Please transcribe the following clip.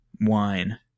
wine